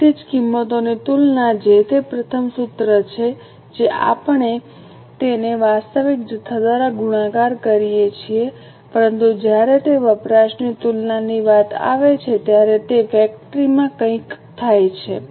તેથી જ કિંમતોની તુલના જે તે પ્રથમ સૂત્ર છે જે આપણે તેને વાસ્તવિક જથ્થા દ્વારા ગુણાકાર કરીએ છીએ પરંતુ જ્યારે તે વપરાશની તુલનાની વાત આવે છે ત્યારે તે ફેક્ટરીમાં કંઈક થાય છે